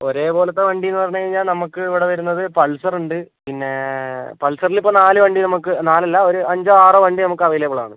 ഒരേ പോലത്തെ വണ്ടീന്ന് പറഞ്ഞ് കഴിഞ്ഞാൽ നമ്മൾക്ക് ഇവിടെ വരുന്നത് പൾസർ ഉണ്ട് പിന്നെ പൾസറിൽ ഇപ്പം നാല് വണ്ടി നമ്മൾക്ക് നാല് അല്ല ഒരു അഞ്ചോ ആറോ വണ്ടി നമ്മൾക്ക് അവൈലബിൾ ആണ്